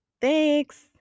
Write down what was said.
Thanks